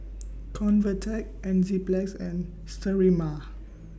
Convatec Enzyplex and Sterimar